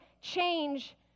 change